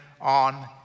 on